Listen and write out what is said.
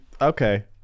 okay